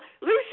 Lucy